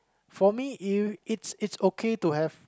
for me it's it's okay to have